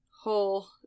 whole